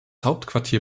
hauptquartier